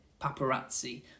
paparazzi